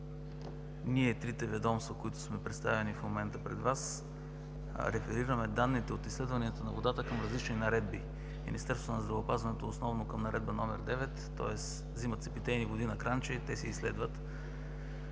ние, трите ведомства, които сме представени в момента пред Вас, реферираме данните от изследванията на водата към различни наредби – Министерството на здравеопазването основно към Наредба № 9, тоест вземат се питейни води на кранче и те се изследват,